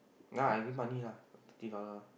then I give money lah thirteen dollar